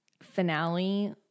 finale